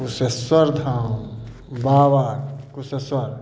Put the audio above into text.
कुसेश्वरधाम बाबा कुसेश्वर